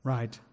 Right